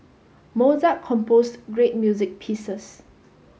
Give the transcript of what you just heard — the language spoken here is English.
Mozart composed great music pieces